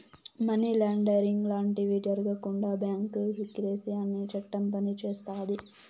money laundering లాంటివి జరగకుండా bank secrecy అనే చట్టం పనిచేస్తాది